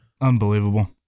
Unbelievable